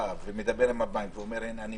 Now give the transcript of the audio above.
מדבר עם הבנק ואומר: הנה,